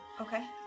Okay